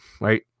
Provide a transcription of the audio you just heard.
right